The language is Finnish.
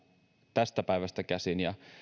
tästä päivästä käsin